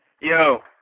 Yo